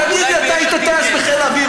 תגיד לי, אתה היית טייס בחיל האוויר.